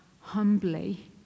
humbly